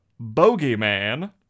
bogeyman